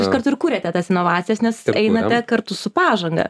jūs kartais kūriate tas inovacijas nes einate kartu su pažanga